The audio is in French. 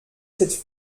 cette